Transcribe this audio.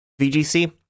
vgc